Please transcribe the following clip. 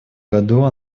году